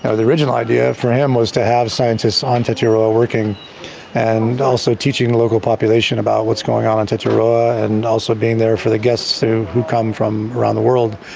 ah the original idea for him was to have scientists on tetiaroa working and also teaching the local population about what's going on in tetiaroa, and also being there for the guests who who come from around the world.